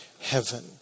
heaven